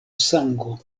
sango